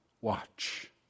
watch